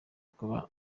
kuba